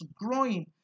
growing